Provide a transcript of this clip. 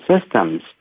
systems